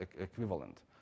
equivalent